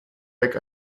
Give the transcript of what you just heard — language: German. weg